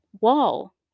wall